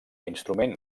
instrument